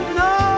no